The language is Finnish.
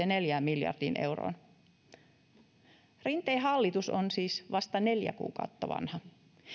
neljään miljardiin euroon rinteen hallitus on siis vasta neljä kuukautta vanha